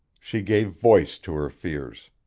she gave voice to her fears.